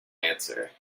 answer